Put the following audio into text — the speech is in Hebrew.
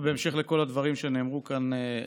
בהמשך לכל הדברים שנאמרו כאן,